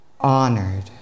honored